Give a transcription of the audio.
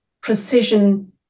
precision